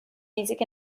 music